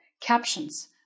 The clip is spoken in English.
Captions